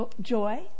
joy